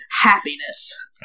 happiness